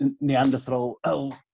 Neanderthal